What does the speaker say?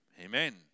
Amen